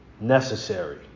necessary